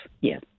Yes